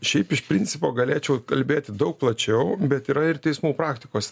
šiaip iš principo galėčiau kalbėti daug plačiau bet yra ir teismų praktikos